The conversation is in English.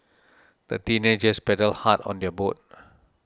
the teenagers paddled hard on their boat